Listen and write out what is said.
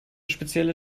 spezielle